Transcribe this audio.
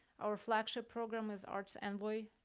our flagship program is arts envoy